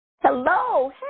Hello